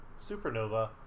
Supernova